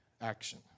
action